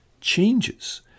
changes